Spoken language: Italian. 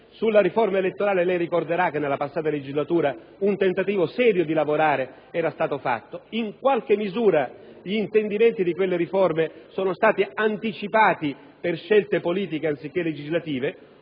Sulla riforma elettorale ricorderà che nella passata legislatura un tentativo serio di lavorare era stato fatto. In qualche misura gli intendimenti di quelle riforme sono stati già anticipati per scelte politiche anziché legislative;